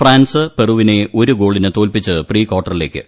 France പെറുവിനെ ഒരു ഗോളിന് തോൽപ്പിച്ച് പ്രീ ക്വാർട്ടറിലേക്ക്